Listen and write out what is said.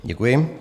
Děkuji.